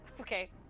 Okay